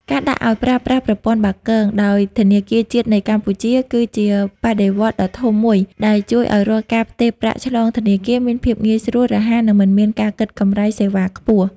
ការដាក់ឱ្យប្រើប្រាស់ប្រព័ន្ធបាគង ដោយធនាគារជាតិនៃកម្ពុជា គឺជាបដិវត្តន៍ដ៏ធំមួយដែលជួយឱ្យរាល់ការផ្ទេរប្រាក់ឆ្លងធនាគារមានភាពងាយស្រួល រហ័ស និងមិនមានការគិតកម្រៃសេវាខ្ពស់។